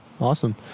awesome